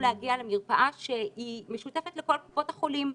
להגיע למרפאה שהיא משותפת לכל קופות החולים.